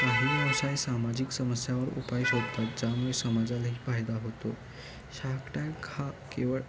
काही व्यवसाय सामाजिक समस्यावर उपाय शोधतात ज्यामुळे समाजालाही फायदा होतो शार्क टँक हा केवळ